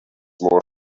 more